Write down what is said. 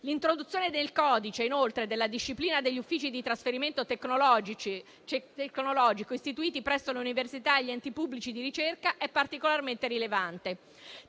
l'introduzione del codice della disciplina degli uffici di trasferimento tecnologico, istituiti presso le università e gli enti pubblici di ricerca, è particolarmente rilevante.